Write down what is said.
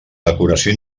decoració